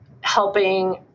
helping